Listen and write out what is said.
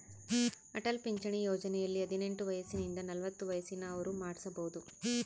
ಅಟಲ್ ಪಿಂಚಣಿ ಯೋಜನೆಯಲ್ಲಿ ಹದಿನೆಂಟು ವಯಸಿಂದ ನಲವತ್ತ ವಯಸ್ಸಿನ ಅವ್ರು ಮಾಡ್ಸಬೊದು